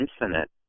infinite